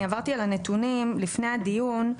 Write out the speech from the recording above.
אני עברתי על הנתונים לפני הדיון,